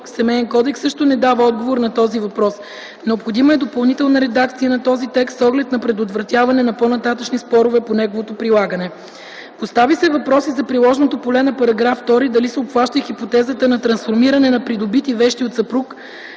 Семеен кодекс също не дава отговор на този въпрос. Необходима е допълнителна редакция на този текст с оглед на предотвратяване на по-нататъшни спорове по неговото прилагане. Постави се въпрос за приложното поле на § 2 – дали се обхваща и хипотезата на трансформиране на придобити вещи от съпруг